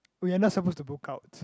we are not suppose to book out